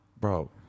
bro